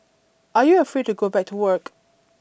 are you afraid to go back to work